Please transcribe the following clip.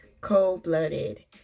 cold-blooded